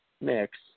mix